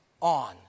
on